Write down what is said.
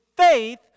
Faith